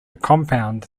compound